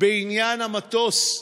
בעניין המטוס.